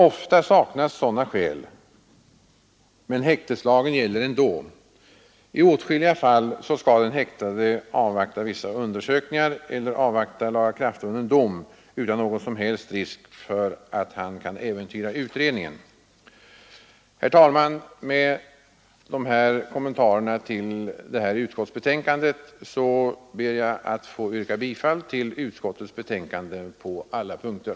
Ofta saknas sådana skäl, men häkteslagen gäller ändå. I åtskilliga fall skall den häktade avvakta vissa undersökningar eller lagakraftvunnen dom utan någon som helst risk för att han kan äventyra utredningen. Herr talman! Med dessa kommentarer till utskottets betänkande ber jag att få yrka bifall till utskottets hemställan på alla punkter.